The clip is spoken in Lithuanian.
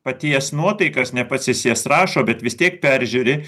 paties nuotaikas ne pats jis jas rašo bet vis tiek peržiūri